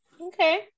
Okay